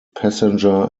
passenger